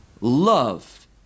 love